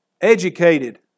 Educated